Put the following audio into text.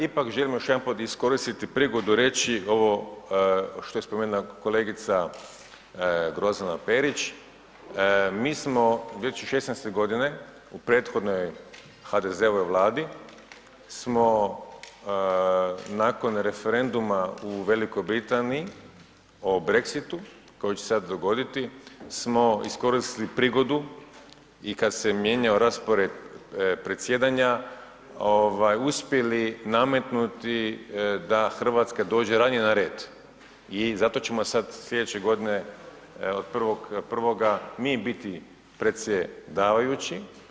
Ipak želim još jedanput iskoristiti prigodu reći ovo što je spomenula kolegica Grozdana Perić, mi smo već '16.-te godine u prethodnoj HDZ-ovoj Vladi smo nakon referenduma u Velikoj Britaniji o Brexitu koji će se sad dogoditi smo iskoristili prigodu i kada se mijenjao raspored predsjedanja uspjeli nametnuti da Hrvatska dođe ranije na red i zato ćemo sad sljedeće godine od 1.1. mi biti predsjedavajući.